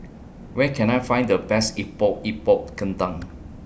Where Can I Find The Best Epok Epok Kentang